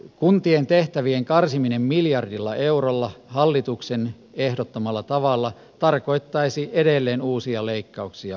kuntien tehtävien karsiminen miljardilla eurolla hallituksen ehdottamalla tavalla tarkoittaisi edelleen uusia leikkauksia palveluihin